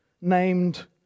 named